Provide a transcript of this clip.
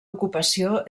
ocupació